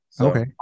Okay